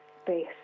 space